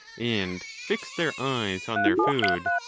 and fixed their eyes on their food,